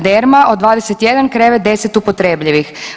Derma od 21 krevet 10 upotrebljivih.